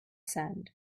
sand